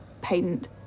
patent